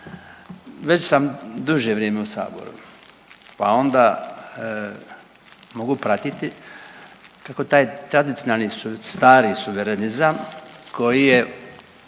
Već sam duže vrijeme u Saboru, pa onda mogu pratiti kako taj tradicionalni stari suverenizam koji se